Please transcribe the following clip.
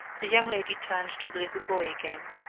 the young lady turned to the little boy again.